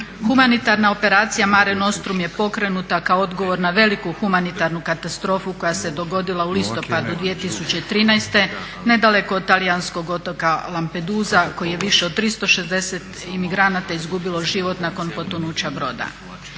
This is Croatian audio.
humanitarna operacija "Mare Nostrum" je pokrenuta kao odgovor na veliku humanitarnu katastrofu koja se dogodila u listopadu 2013. nedaleko od talijanskog otoka Lampedusa koji je više od 360 imigranata izgubilo život nakon potonuća broda.